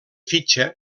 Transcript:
fitxa